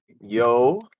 yo